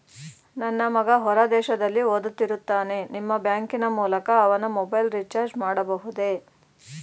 ನನ್ನ ಮಗ ಹೊರ ದೇಶದಲ್ಲಿ ಓದುತ್ತಿರುತ್ತಾನೆ ನಿಮ್ಮ ಬ್ಯಾಂಕಿನ ಮೂಲಕ ಅವನ ಮೊಬೈಲ್ ರಿಚಾರ್ಜ್ ಮಾಡಬಹುದೇ?